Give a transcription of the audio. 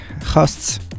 hosts